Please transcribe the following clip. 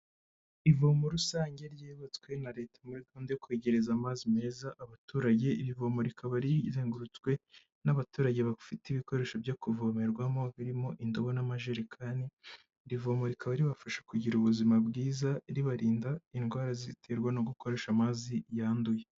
Ivomo rusange ryubatswe na Leta muri gahunda yo kwegereza amazi meza abaturage, iri vomo rikaba rizengurutswe n'abaturage bafite ibikoresho byo kuvomerwamo birimo indobo n'amajerekani, iri vomo rikaba ribafasha kugira ubuzima bwiza ribarinda indwara ziterwa no gukoresha amazi yanduye.